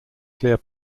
clear